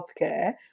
healthcare